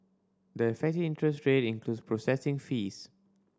the effective interest rate includes processing fees